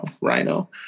Rhino